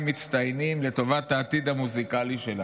מצטיינים לטובת העתיד המוזיקלי שלה,